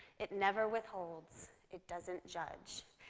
it never withholds. it doesn't judge.